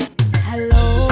Hello